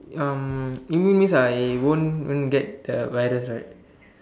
um immune means I won't even get the virus right